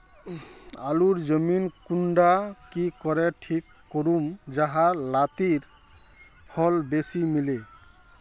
आलूर जमीन कुंडा की करे ठीक करूम जाहा लात्तिर फल बेसी मिले?